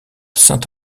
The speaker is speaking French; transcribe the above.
saint